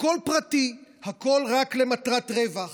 הכול פרטי, הכול רק למטרת רווח.